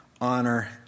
honor